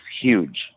Huge